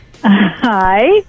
Hi